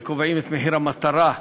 שקובעים את מחיר המטרה לחלב,